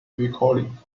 recordings